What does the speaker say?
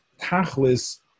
tachlis